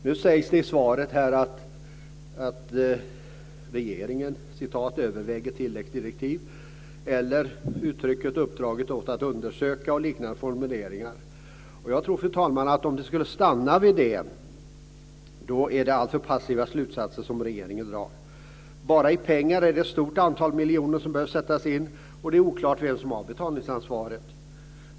I svaret används formuleringar som att regeringen överväger tilläggsdirektiv, att man givit uppdrag att undersöka osv. Jag menar, fru talman, att om det skulle stanna vid detta, är det alltför passiva slutsatser som regeringen drar. Penningmässigt behöver ett stort antal miljoner sättas in, och det är oklart vem som har betalningsansvaret.